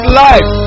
life